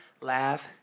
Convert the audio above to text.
laugh